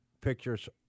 pictures